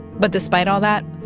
but despite all that,